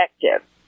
effective